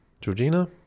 Georgina